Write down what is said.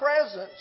presence